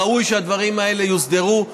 ראוי שהעניינים האלה יוסדרו.